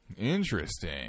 Interesting